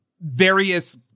various